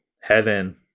heaven